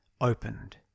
opened